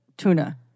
tuna